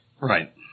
Right